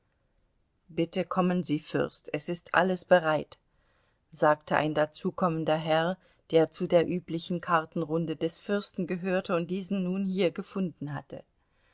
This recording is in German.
bitte kommen sie fürst es ist alles bereit sagte ein dazukommender herr der zu der üblichen kartenrunde des fürsten gehörte und diesen nun hier gefunden hatte